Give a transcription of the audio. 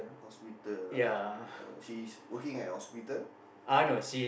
hospital lah oh she's working at hospital